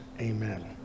Amen